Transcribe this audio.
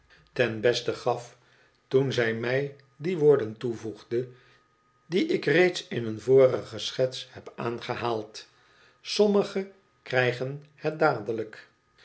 ten beste gaf toen zij mij die woorden toevoegde dio ik reeds in een vorige schets heb aangehaald sommige krijgen het dadelijk